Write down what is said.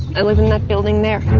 i live in that building there.